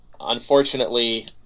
unfortunately